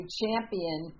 champion